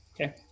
Okay